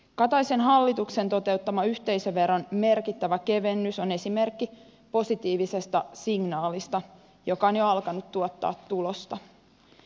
kataisen hallituksen toteuttama yhteisöveron merkittävä kevennys on esimerkki positiivisesta signaalista joka on jo alkanut tuottaa tulosta